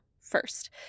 first